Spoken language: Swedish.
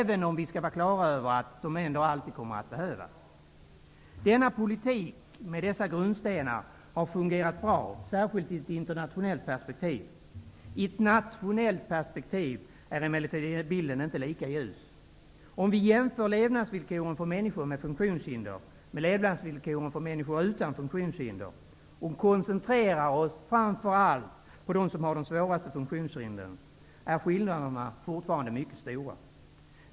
Vi skall dock vara klara över att sådana ändå alltid kommer att behövas. Denna politik, med dessa grundstenar, har fungerat bra, särskilt i ett internationellt perspektiv. I ett nationellt perspektiv är emellertid inte bilden lika ljus. Om vi jämför levnadsvillkoren för människor med funktionshinder med levnadsvillkoren för människor utan funktionshinder och koncentrerar oss framför allt på dem som har de svåraste funktionshindren, finner vi att skillnaderna fortfarande är mycket stora.